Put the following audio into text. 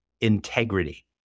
Integrity